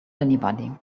anybody